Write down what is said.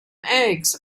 eggs